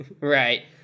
Right